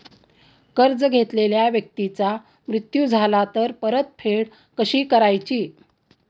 कर्ज घेतलेल्या व्यक्तीचा मृत्यू झाला तर परतफेड कशी करायची?